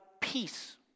peace